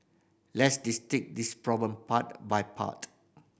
let's this problem part by part